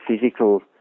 physical